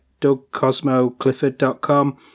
dougcosmoclifford.com